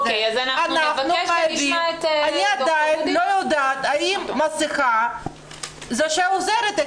אני עדיין לא יודעת אם מסכה עוזרת.